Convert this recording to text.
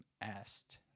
asked